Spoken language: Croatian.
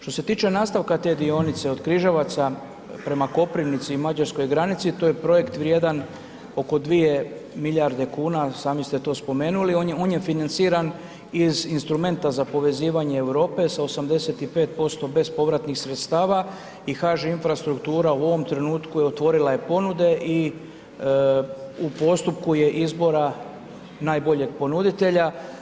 Što se tiče nastavka te dionice od Križevaca prema Koprivnici i mađarskoj granici, to je projekt vrijedan oko 2 milijarde kuna, sami ste to spomenuli, on je financiran iz instrumenta za povezivanje Europe sa 85% bespovratnih sredstava i HŽ Infrastrukturu u ovom trenutku otvorila je ponude i u postupku je izbora najboljeg ponuditelja.